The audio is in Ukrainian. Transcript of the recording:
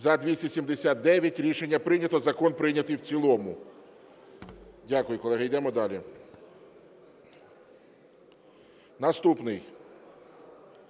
За-279 Рішення прийнято. Закон прийнятий в цілому. Дякую, колеги. Йдемо далі. Наступний